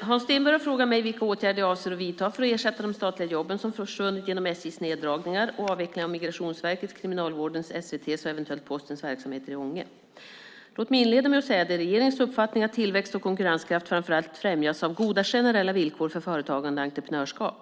Hans Stenberg har frågat mig vilka åtgärder jag avser att vidta för att ersätta de statliga jobben som försvunnit genom SJ:s neddragningar och avvecklingen av Migrationsverkets, Kriminalvårdens, SVT:s och eventuellt Postens verksamheter i Ånge. Låt mig inleda med att säga att det är regeringens uppfattning att tillväxt och konkurrenskraft framför allt främjas av goda generella villkor för företagande och entreprenörskap.